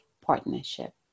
partnership